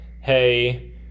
hey